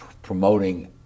promoting